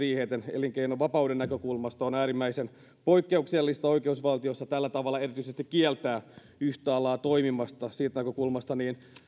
elinkeinonvapauden näkökulmasta on äärimmäisen poikkeuksellista oikeusvaltiossa tällä tavalla erityisesti kieltää yhtä alaa toimimasta siitä näkökulmasta